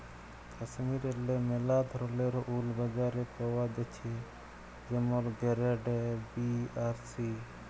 কাশ্মীরেল্লে ম্যালা ধরলের উল বাজারে পাওয়া জ্যাছে যেমল গেরেড এ, বি আর সি